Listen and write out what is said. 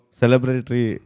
celebratory